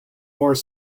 more